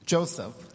Joseph